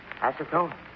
Acetone